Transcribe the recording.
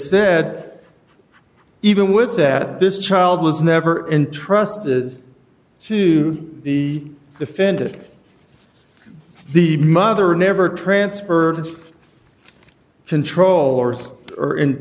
said even with that this child was never intrusted to be defended the mother never transferred to controllers or in